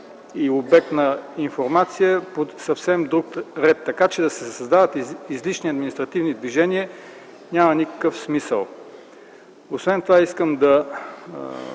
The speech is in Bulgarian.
и обект на информация по съвсем друг ред. Така че да се създават излишни административни движения няма никакъв смисъл. Освен това, искам да